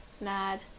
mad